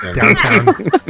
Downtown